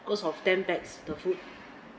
because of the food